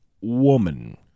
woman